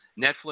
Netflix